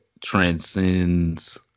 transcends